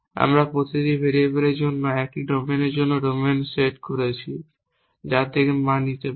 আমরা প্রতিটি ভেরিয়েবলের জন্য 1 ডোমেনের জন্য ডোমেন সেট করেছি যা থেকে মান নিতে পারে